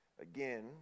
Again